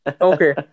Okay